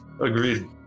Agreed